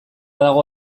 dago